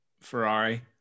Ferrari